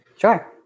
Sure